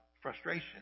frustration